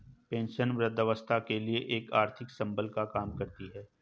pension वृद्धावस्था के लिए एक आर्थिक संबल का काम करती है